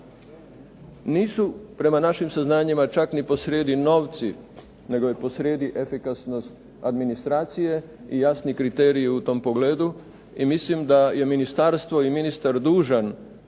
Nisu, prema našim saznanjima, čak ni posrijedi novci nego je posrijedi efikasnost administracije i jasni kriteriji u tom pogledu. I mislim da je ministarstvo i ministar dužan